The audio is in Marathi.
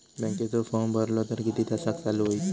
बँकेचो फार्म भरलो तर किती तासाक चालू होईत?